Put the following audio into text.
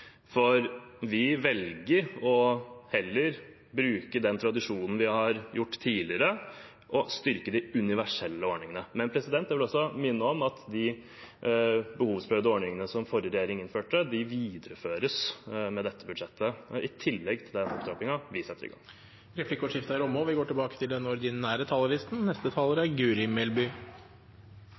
for vi velger heller å bruke den tradisjonen vi har hatt tidligere, å styrke de universelle ordningene. Jeg vil også minne om at de behovsprøvde ordningene som forrige regjering innførte, videreføres med dette budsjettet, i tillegg til den opptrappingen vi setter i gang. Replikkordskiftet er omme. I utdanningspolitikken snakker vi ofte om skolens doble oppdrag: at skolen skal utdanne, men at den